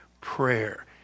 Prayer